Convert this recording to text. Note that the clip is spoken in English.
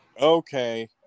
okay